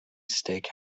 steak